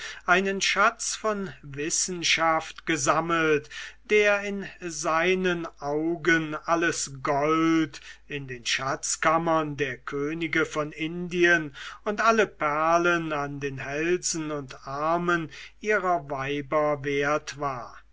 einen schatz von wissenschaft gesammelt der in seinen augen alles gold in den schatzkammern des königs von indien und alle perlen an den hälsen und armen seiner weiber wert war